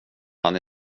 han